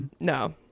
No